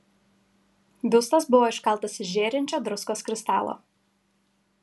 biustas buvo iškaltas iš žėrinčio druskos kristalo